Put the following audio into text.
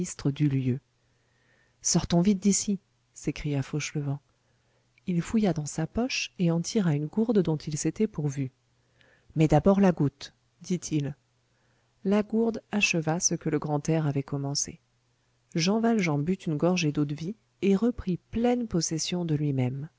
du lieu sortons vite d'ici s'écria fauchelevent il fouilla dans sa poche et en tira une gourde dont il s'était pourvu mais d'abord la goutte dit-il la gourde acheva ce que le grand air avait commencé jean valjean but une gorgée d'eau-de-vie et reprit pleine possession de lui-même